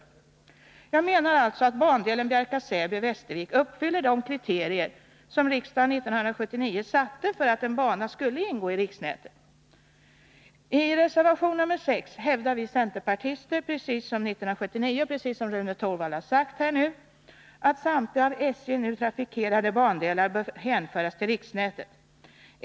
Jag menar alltså att bandelen Bjärka-Säby-Västervik uppfyller de kriterier som riksdagen 1979 satte för att en bana skulle ingå i riksnätet. I reservation nr 6 hävdar vi centerpartister, precis som 1979 och som Rune Torwald här sagt, att samtliga av SJ nu trafikerade bandelar bör hänföras till riksnätet.